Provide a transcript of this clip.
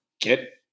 get